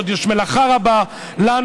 עוד יש מלאכה רבה לנו,